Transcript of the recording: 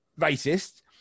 racist